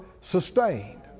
sustained